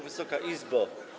Wysoka Izbo!